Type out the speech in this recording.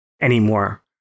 anymore